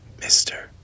mister